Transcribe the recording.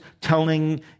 telling